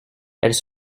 elles